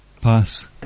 Pass